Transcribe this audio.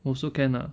also can lah